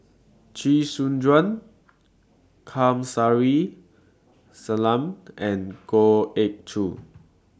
Chee Soon Juan Kamsari Salam and Goh Ee Choo